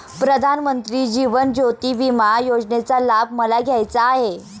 प्रधानमंत्री जीवन ज्योती विमा योजनेचा लाभ मला घ्यायचा आहे